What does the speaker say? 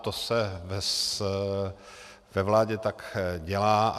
To se ve vládě tak dělá.